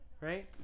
right